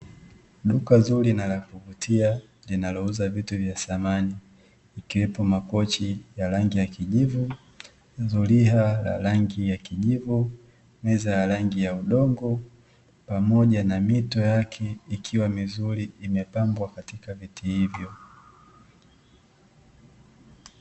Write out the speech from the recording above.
Duka zuri na la kuvutia linalouza vitu vya samani ikiwepo makochi ya rangi ya kijivu, zulia la rangi ya kijivu, meza ya rangi ya udongo pamoja na mito yake ikiwa mizuri imepangwa katika viti hivyo.